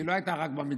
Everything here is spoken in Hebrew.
היא לא הייתה רק במטבח,